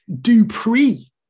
Dupree